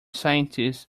scientist